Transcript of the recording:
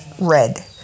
red